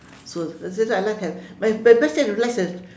so I like that my my best time to relax is